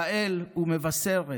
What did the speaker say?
גאל ומבשרת: